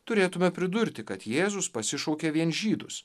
turėtume pridurti kad jėzus pasišaukė vien žydus